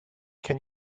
can